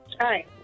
Hi